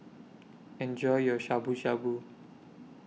Enjoy your Shabu Shabu